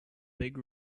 big